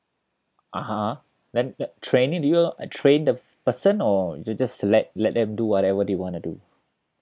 (uh huh) then that training do you all train the person or you just let let them do whatever they wanna do